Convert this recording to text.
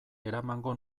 eramango